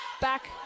back